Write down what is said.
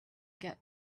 get